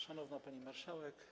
Szanowna Pani Marszałek!